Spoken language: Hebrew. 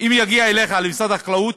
שאם זה יגיע אליך למשרד החקלאות,